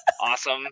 Awesome